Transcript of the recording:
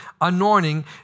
anointing